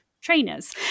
trainers